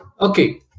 Okay